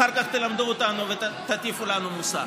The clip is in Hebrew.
אחר כך תלמדו אותנו ותטיפו לנו מוסר.